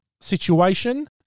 situation